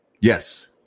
Yes